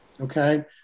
okay